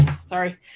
sorry